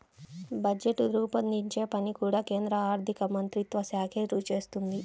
budget రూపొందించే పని కూడా కేంద్ర ఆర్ధికమంత్రిత్వ శాఖే చేస్తుంది